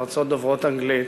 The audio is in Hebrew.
ארצות דוברות אנגלית,